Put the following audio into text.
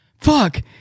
fuck